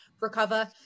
recover